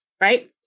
Right